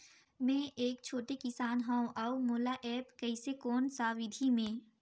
मै एक छोटे किसान हव अउ मोला एप्प कइसे कोन सा विधी मे?